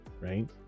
right